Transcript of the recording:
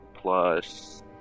Plus